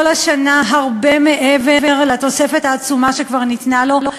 השנה הרבה מעבר לתוספת העצומה שכבר ניתנה לו.